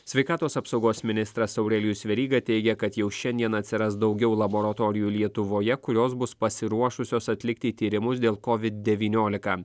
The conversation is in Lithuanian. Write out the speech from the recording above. sveikatos apsaugos ministras aurelijus veryga teigia kad jau šiandien atsiras daugiau laboratorijų lietuvoje kurios bus pasiruošusios atlikti tyrimus dėl covid devyniolika